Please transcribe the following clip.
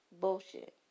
Bullshit